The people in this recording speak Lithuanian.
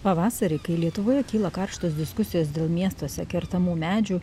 pavasarį kai lietuvoje kyla karštos diskusijos dėl miestuose kertamų medžių